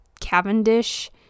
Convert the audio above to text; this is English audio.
cavendish